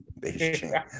Beijing